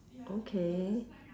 okay